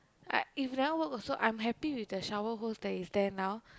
I if never work also I'm happy with the shower hose that is there now